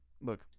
Look